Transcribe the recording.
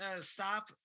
stop